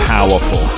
Powerful